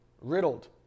riddled